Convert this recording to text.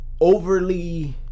overly